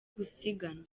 gusiganwa